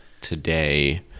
today